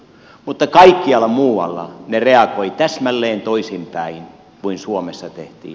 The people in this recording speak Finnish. mutta kaikkialla muualla ne reagoivat täsmälleen toisinpäin kuin suomessa tehtiin